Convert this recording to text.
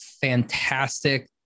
fantastic